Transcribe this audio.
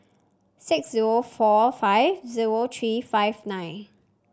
six zero four five zero three five nine